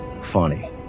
Funny